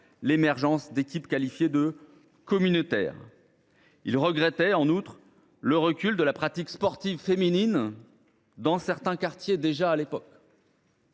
l’émergence d’équipes qualifiées de « communautaires ». Son auteur regrettait, en outre, le recul de la pratique sportive féminine dans certains quartiers – déjà à l’époque